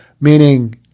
meaning